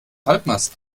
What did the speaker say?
halbmast